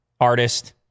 artist